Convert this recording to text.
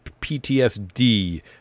PTSD